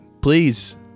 please